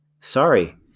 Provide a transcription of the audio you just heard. Sorry